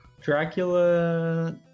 Dracula